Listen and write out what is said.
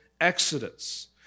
exodus